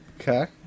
Okay